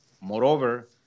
Moreover